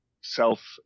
self